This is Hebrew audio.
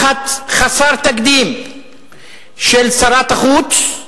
לחץ חסר תקדים של שרת החוץ,